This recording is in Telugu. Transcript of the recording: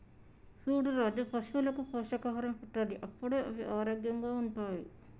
చూడు రాజు పశువులకు పోషకాహారం పెట్టాలి అప్పుడే అవి ఆరోగ్యంగా ఉంటాయి